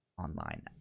online